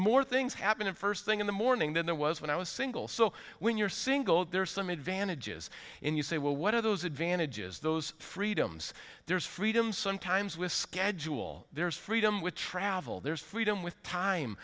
more things happening first thing in the morning than there was when i was single so when you're single there are some advantages and you say well what are those advantages those freedoms there's freedom sometimes with schedule there's freedom with travel there's freedom with time